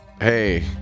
hey